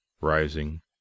rising